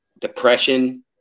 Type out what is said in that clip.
depression